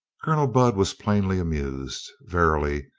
colonel budd was plainly amused. verily,